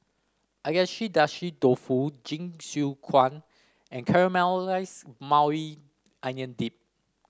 Agedashi Dofu Jingisukan and Caramelized Maui Onion Dip